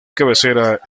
cabecera